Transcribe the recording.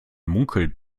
munkelt